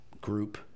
group